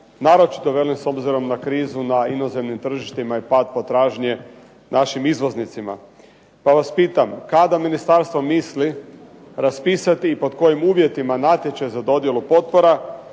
naročito velim s obzirom na krizu, na inozemnim tržištima je pad potražnje, našim izvoznicima. Pa vas pitam kada Ministarstvo misli raspisati i pod kojim uvjetima natječaj za dodjelu potpora,